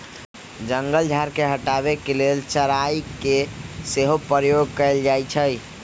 जंगल झार के हटाबे के लेल चराई के सेहो प्रयोग कएल जाइ छइ